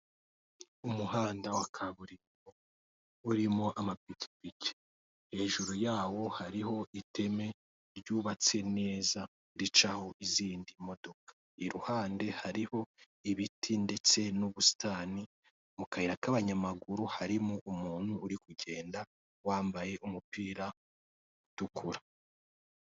Umuhanda wa kaburimbo urimo amapikipiki. Hejuru yawo hariho iteme ryubatse neza ricaho izindi modoka, iruhande hariho ibiti ndetse n'ubusitani, mu kayira k'abanyamaguru harimo umuntu uri kugenda wambaye umupira utukura.